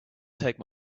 take